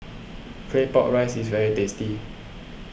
Claypot Rice is very tasty